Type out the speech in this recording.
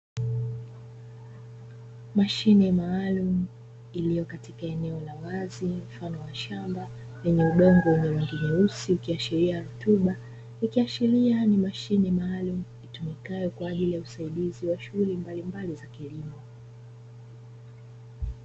Mashine maalum iliyo katika eneo la wazi mfano wa shamba, lenye udongo wenye mwili nyeusi ukiashiria rutuba, ikiashiria ni mashine maalum itumikayo kwa ajili ya usaidizi wa shughuli mbalimbali za kilimo.